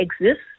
exists